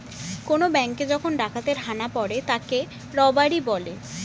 কোন ব্যাঙ্কে যখন ডাকাতের হানা পড়ে তাকে রবারি বলে